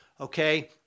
Okay